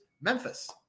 Memphis